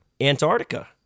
Antarctica